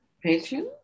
Patience